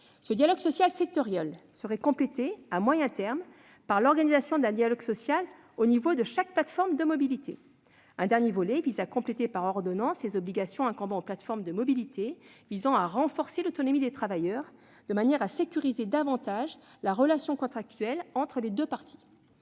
Ce dialogue social sectoriel serait complété, à moyen terme, par l'organisation d'un dialogue social au niveau de chaque plateforme de mobilité. Un dernier volet vise à compléter par ordonnance les obligations incombant aux plateformes de mobilité afin de renforcer l'autonomie des travailleurs, de manière à sécuriser davantage la relation contractuelle entre les deux parties.